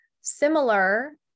similar